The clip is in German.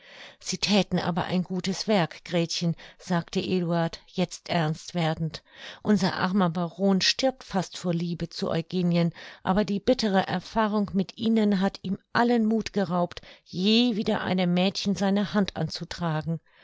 sie thäten aber ein gutes werk gretchen sagte eduard jetzt ernst werdend unser armer baron stirbt fast vor liebe zu eugenien aber die bittere erfahrung mit ihnen hat ihm allen muth geraubt je wieder einem mädchen seine hand anzutragen